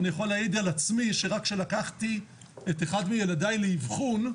אני יכול להעיד על עצמי שרק כשלקחתי את אחד מילדיי לאבחון,